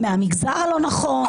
מהמגזר הלא נכון,